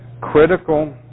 critical